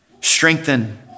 strengthen